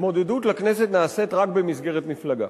התמודדות לכנסת נעשית רק במסגרת מפלגה.